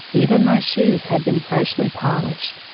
even my shoes had been freshly polished.